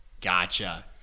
Gotcha